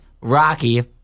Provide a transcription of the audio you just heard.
Rocky